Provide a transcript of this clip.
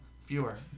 fewer